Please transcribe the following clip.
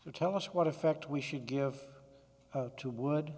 to tell us what effect we should give to would